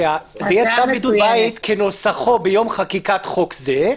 שזה יהיה צו בידוד בית כנוסחו ביום חקיקת חוק זה,